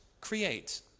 create